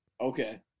Okay